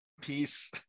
Peace